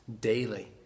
Daily